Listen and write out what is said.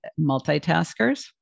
multitaskers